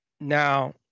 Now